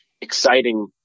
exciting